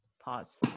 pause